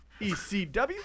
ECW